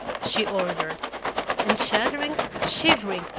she ordered and shuddering, shivering,